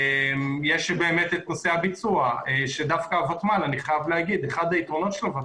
יש את נושא הביצוע שדווקא הוותמ"ל אני חייב לומר אחד היתרונות שלו,